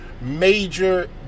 major